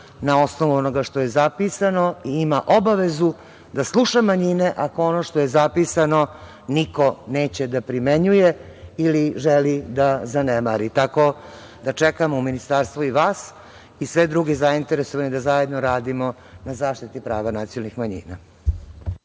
na osnovu onoga što je zapisano i ima obavezu da sluša manjine ako ono što je zapisano niko neće da primenjuje ili želi da zanemari tako da čekamo Ministarstvo i vas i sve druge zainteresovane da zajedno radimo na zaštiti prava nacionalnih manjina.